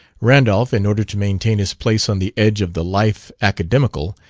randolph, in order to maintain his place on the edge of the life academical,